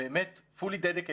באמתfully dedicated לנושא,